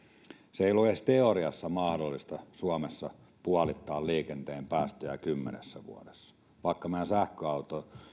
ole ollut edes teoriassa mahdollista suomessa puolittaa liikenteen päästöjä kymmenessä vuodessa vaikka meidän sähköautojen